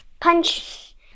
punch